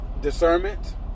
discernment